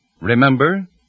Remember